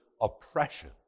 oppression